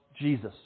Jesus